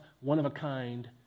one-of-a-kind